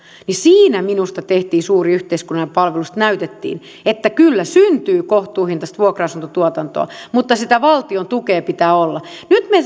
siinä minusta tehtiin suuri yhteiskunnallinen palvelus että näytettiin että kyllä syntyy kohtuuhintaista vuokra asuntotuotantoa mutta sitä valtion tukea pitää olla nyt me